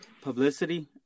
publicity